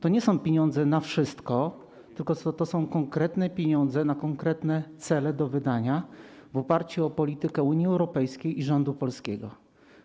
To nie są pieniądze na wszystko, tylko to są konkretne pieniądze na konkretne cele do wydania w oparciu o politykę Unii Europejskiej i polskiego rządu.